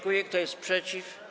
Kto jest przeciw?